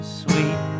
sweet